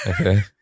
Okay